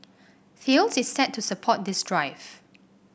Thales is set to support this drive